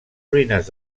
ruïnes